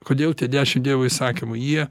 kodėl tie dešim dievo įsakymų jie